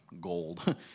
gold